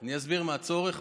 אני אסביר מה הצורך.